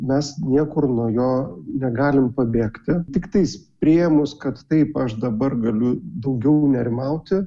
mes niekur nuo jo negalim pabėgti tiktais priėmus kad taip aš dabar galiu daugiau nerimauti